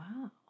Wow